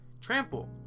Trample